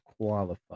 qualified